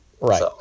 Right